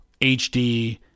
HD